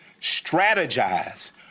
strategize